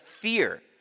fear